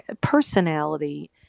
personality